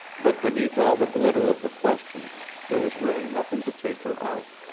but beneath all the glitter of the question there was really nothing to take her out.